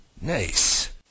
Nice